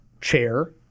chair